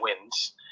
wins